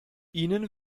ihnen